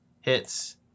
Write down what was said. hits